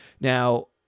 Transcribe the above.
Now